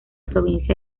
provincia